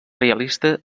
realista